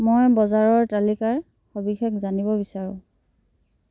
মই বজাৰৰ তালিকাৰ সবিশেষ জানিব বিচাৰোঁ